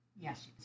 Yes